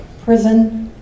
prison